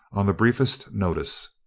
on the briefest notice.